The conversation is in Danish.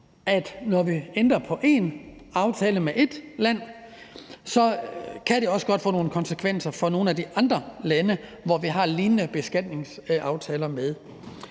at når vi ændrer på én aftale med ét land, kan det også godt få nogle konsekvenser for lignende beskatningsaftaler,